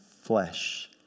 flesh